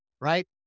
right